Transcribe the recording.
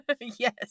Yes